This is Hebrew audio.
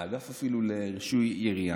האגף לרישוי ירייה,